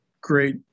great